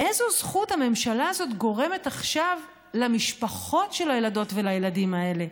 באיזו זכות הממשלה הזאת גורמת עכשיו למשפחות של הילדות והילדים האלה,